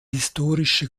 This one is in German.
historische